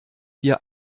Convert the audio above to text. dir